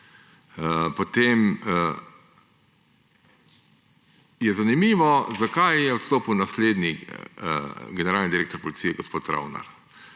Potem je zanimivo, zakaj je odstopil naslednji generalni direktor Policije gospod Travner.